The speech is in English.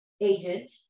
Agent